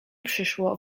przyszło